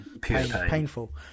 painful